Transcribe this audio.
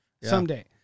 someday